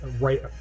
right